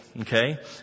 Okay